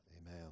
amen